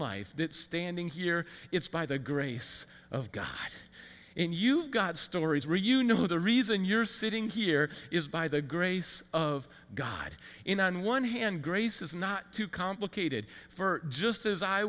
life that standing here it's by the grace of god and you've got stories where you know the reason you're sitting here is by the grace of god in on one hand grace is not too complicated for just as i